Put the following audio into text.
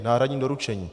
Náhradní doručení.